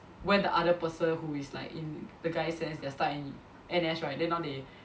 when the other person who is like in the guy sense they are stuck in N_S right then now they